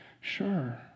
sure